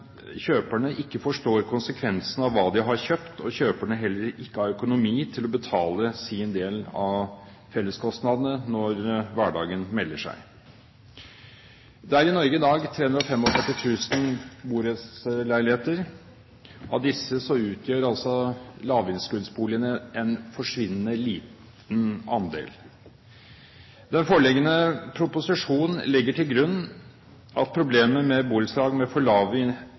kjøperne ikke forstår konsekvensene av hva de har kjøpt, og kjøperne heller ikke har økonomi til å betale sin del av felleskostnadene når hverdagen melder seg. Det er i Norge i dag 345 000 borettslagsleiligheter. Av disse utgjør lavinnskuddsboligene en forsvinnende liten andel. Den foreliggende proposisjon legger til grunn at borettslag med for lave individuelle innskudd fra andelseierne i